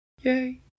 Yay